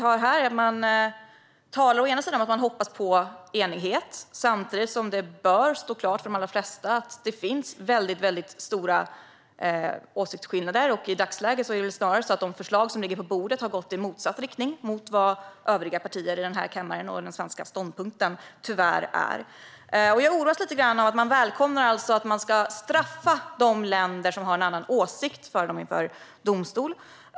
Du talar om att man hoppas på enighet, samtidigt som det bör stå klart för de allra flesta att det finns väldigt stora åsiktsskillnader. I dag är det väl snarare så att de förslag som ligger på bordet har gått i motsatt riktning jämfört med vad övriga partier i denna kammare anser och vad den svenska ståndpunkten tyvärr är. Jag oroas lite av att man välkomnar att de länder som har en annan åsikt ska straffas och ställas inför domstol.